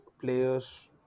players